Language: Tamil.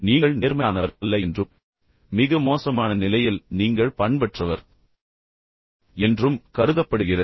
நீங்கள் நேர்மையானவர் அல்ல என்றும் மிக மோசமான நிலையில் நீங்கள் பண்பற்றவர் என்றும் கருதப்படுகிறது